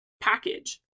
package